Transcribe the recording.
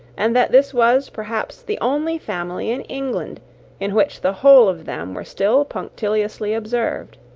and that this was, perhaps, the only family in england in which the whole of them were still punctiliously observed.